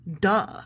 Duh